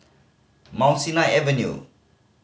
Mount Sinai Avenue